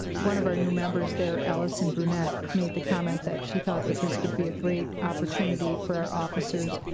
one of our new members there, allyson brunette, made the comment that she thought that this would be a great opportunity for our officers.